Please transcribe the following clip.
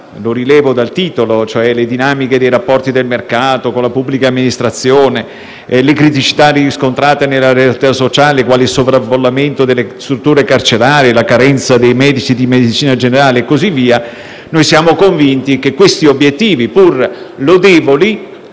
che rilevo dal titolo (le dinamiche dei rapporti del mercato con la pubblica amministrazione, le criticità riscontrate nella realtà sociale quale il sovraffollamento delle strutture carcerarie, la carenza dei medici di medicina generale, e così via), siamo convinti che questi obiettivi, pur lodevoli,